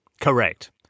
Correct